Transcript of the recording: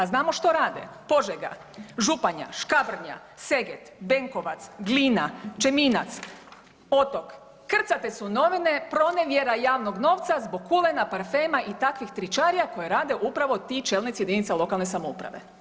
A znamo što rade, Požega, Županja, Škabrnja, SEget, Benkovac, Glina, Čeminac, Otok krcate su novine pronevjera javnog novca zbog kulena, parfema i takvih tričarija koje rade upravo ti čelnici jedinica lokalne samouprave.